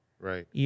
Right